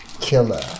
killer